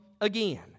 again